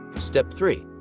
step three.